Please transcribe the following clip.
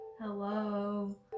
Hello